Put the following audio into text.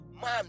man